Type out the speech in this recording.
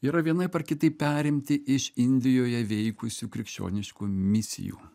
yra vienaip ar kitaip perimti iš indijoje veikusių krikščioniškų misijų